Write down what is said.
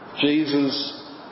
Jesus